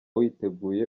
witeguye